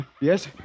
Yes